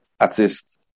artist